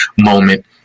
moment